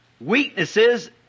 weaknesses